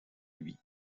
lui